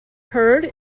heard